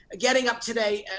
getting up today,